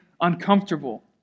uncomfortable